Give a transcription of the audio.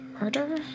murder